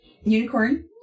unicorn